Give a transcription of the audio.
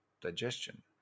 digestion